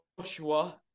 Joshua